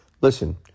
Listen